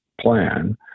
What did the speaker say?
plan